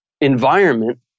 environment